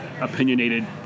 opinionated